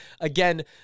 again